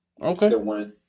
Okay